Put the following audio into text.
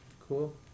Cool